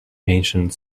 ancient